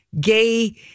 gay